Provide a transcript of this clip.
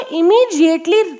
immediately